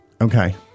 Okay